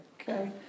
okay